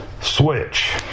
switch